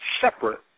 separate